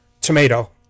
tomato